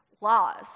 laws